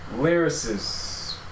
Lyricist